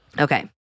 Okay